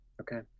Okay